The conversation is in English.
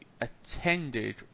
attended